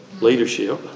Leadership